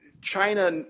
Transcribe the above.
China